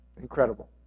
Incredible